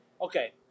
Okay